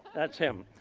that's him.